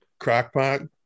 crockpot